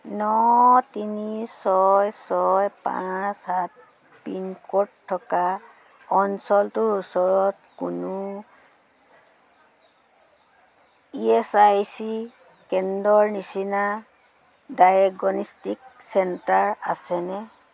ন তিনি ছয় ছয় পাঁচ সাত পিনক'ড থকা অঞ্চলটোৰ ওচৰত কোনো ই এচ আই চি কেন্দ্ৰৰ নিচিনা ডায়েগ'নষ্টিক চেণ্টাৰ আছেনে